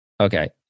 okay